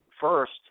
first